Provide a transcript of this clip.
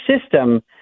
system